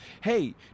Hey